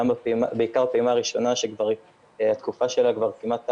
בעיקר פעימה ראשונה, שתקופת ההגשה שלה כמעט תמה.